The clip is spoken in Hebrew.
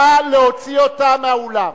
נא להוציא אותה מהאולם.